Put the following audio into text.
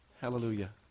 Hallelujah